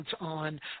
on